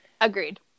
agreed